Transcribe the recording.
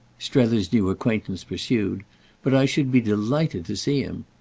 strether's new acquaintance pursued but i should be delighted to see him.